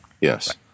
Yes